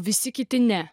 visi kiti ne